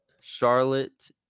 Charlotte